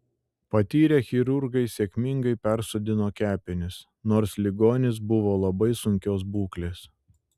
patyrę chirurgai sėkmingai persodino kepenis nors ligonis buvo labai sunkios būklės